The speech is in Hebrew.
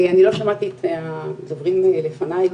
אני לא שמעתי את הדוברים לפניי,